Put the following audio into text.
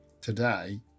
today